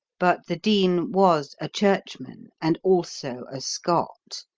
but the dean was a churchman, and also a scot,